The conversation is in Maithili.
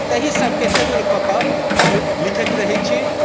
ताही सभके केन्द्र कऽ कऽ हम लिखैत रहैत छी